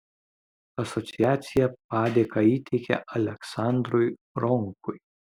asociacija padėką įteikė aleksandrui ronkui